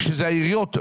שזה העיריות.